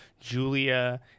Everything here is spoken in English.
Julia